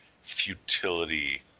futility